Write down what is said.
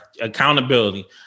accountability